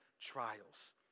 trials